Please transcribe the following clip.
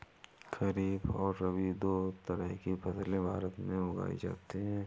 खरीप और रबी दो तरह की फैसले भारत में उगाई जाती है